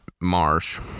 Marsh